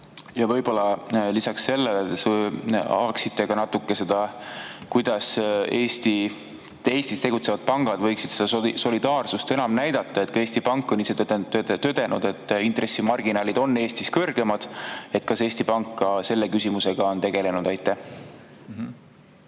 Ja võib-olla lisaks sellele avaksite ka natuke seda, kuidas Eestis tegutsevad pangad võiksid solidaarsust üles näidata. Ka Eesti Pank ise on tõdenud, et intressimarginaalid on Eestis kõrged. Kas Eesti Pank on selle küsimusega tegelenud? Aitäh